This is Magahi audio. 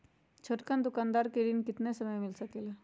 छोटकन दुकानदार के ऋण कितने समय मे मिल सकेला?